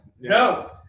no